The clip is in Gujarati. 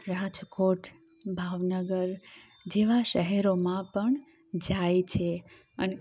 રાજકોટ ભાવનગર જેવા શહેરોમાં પણ જાય છે અને